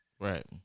Right